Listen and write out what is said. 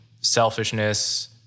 selfishness